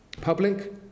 Public